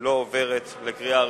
לא עוברת לקריאה ראשונה.